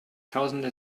tausende